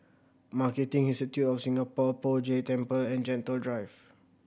Marketing Institute of Singapore Poh Jay Temple and Gentle Drive